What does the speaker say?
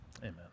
Amen